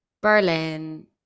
Berlin